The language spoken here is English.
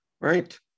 right